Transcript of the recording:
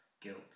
guilt